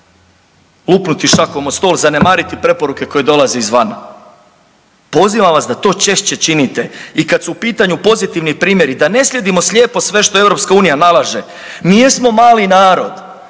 lupnuti šakom o stol i zanemariti preporuke koje dolaze izvana. Pozivam vas da to češće činite i kad su u pitanju pozitivni primjeri da ne slijedimo slijepo sve što EU nalaže. Mi jesmo mali narod,